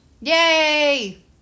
Yay